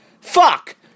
fuck